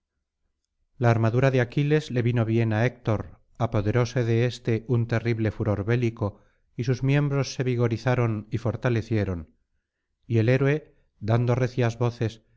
la armadura de aquiles le vino bien á héctor apoderóse de éste un terrible furor bélico y sus miembros se vigorizaron y fortalecieron y el héroe dando recias voces